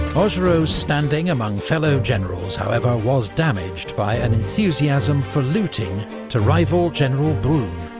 augereau's standing among fellow generals, however, was damaged by an enthusiasm for looting to rival general brune,